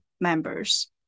members